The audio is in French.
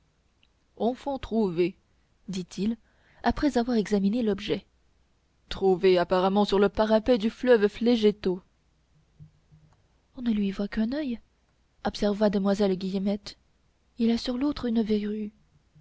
enfant trouvé dit-il après avoir examiné l'objet trouvé apparemment sur le parapet du fleuve phlégéto on ne lui voit qu'un oeil observa demoiselle guillemette il a sur l'autre une verrue